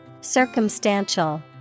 Circumstantial